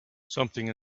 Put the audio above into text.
something